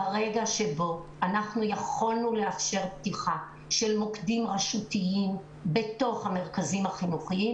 ברגע שבו יכולנו לאפשר פתיחה של מוקדים רשותיים בתוך המרכזים החינוכיים,